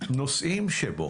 הנושאים שבו,